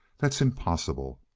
that's impossible.